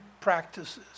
practices